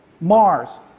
Mars